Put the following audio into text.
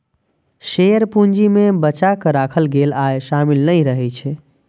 share पूंजी मे बचा कें राखल गेल आय शामिल नहि रहै छै